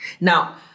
Now